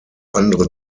andere